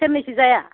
सेरनैसो जाया